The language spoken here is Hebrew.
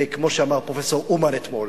וכמו שאמר פרופסור אומן אתמול,